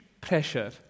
pressure